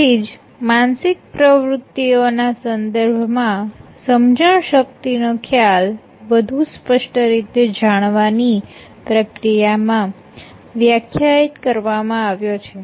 તેથી જ માનસિક પ્રવૃતિઓના સંદર્ભમાં સમજણ શક્તિ નો ખ્યાલ વધુ સ્પષ્ટ રીતે જાણવાની પ્રક્રિયામાં વ્યાખ્યાયિત કરવામાં આવ્યો છે